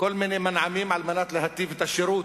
כל מיני מנעמים על מנת להיטיב את השירות.